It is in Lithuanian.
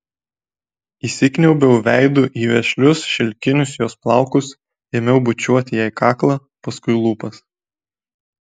įsikniaubiau veidu į vešlius šilkinius jos plaukus ėmiau bučiuoti jai kaklą paskui lūpas